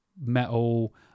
metal